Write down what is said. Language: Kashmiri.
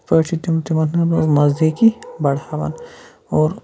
یِتھ پٲٹھۍ چھِ تِم تِمَن ہِنٛدۍ منٛز نزدیٖکی بَڑاوان اور